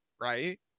right